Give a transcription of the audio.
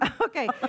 Okay